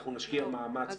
אנחנו נשקיע מאמץ,